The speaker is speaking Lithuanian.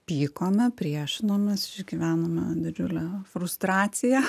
pykome priešinomės išgyvenome didžiulę frustraciją